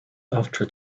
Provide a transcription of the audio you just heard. after